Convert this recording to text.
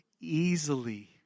easily